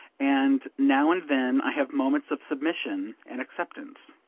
and now and then i have moments of submission and acceptance.